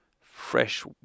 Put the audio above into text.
Fresh